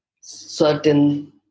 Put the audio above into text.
certain